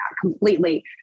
completely